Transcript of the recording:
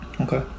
Okay